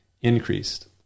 increased